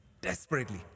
desperately